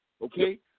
okay